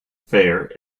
fair